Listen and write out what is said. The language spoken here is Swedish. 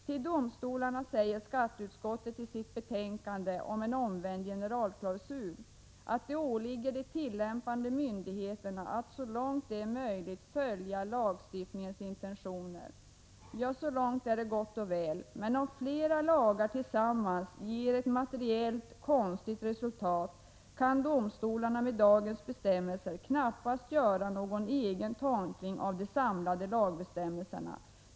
Till domstolarna säger skatteutskottet i sitt betänkande om en omvänd generalklausul att det åligger de tillämpande myndigheterna att så långt det är möjligt följa lagstiftarens intentioner. Ja, så långt är det gott och väl. Men om flera lagar tillsammans ger ett materiellt konstigt resultat kan domstolarna med dagens bestämmelser knappast göra någon egen tolkning av de samlade lagbestämmelserna.